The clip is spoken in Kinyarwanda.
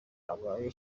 abaye